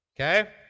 Okay